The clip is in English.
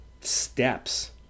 steps